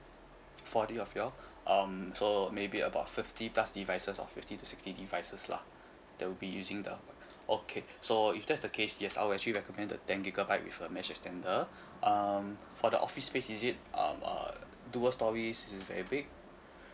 forty of you all um so maybe about fifty plus devices or fifty to sixty devices lah there will be using the okay so if that's the case yes I will actually recommended ten gigabyte with a message then um for the office space is it uh two floor storey is it that big